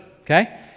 okay